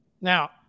Now